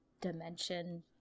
dimension